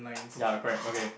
ya correct okay